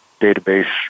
database